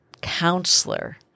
counselor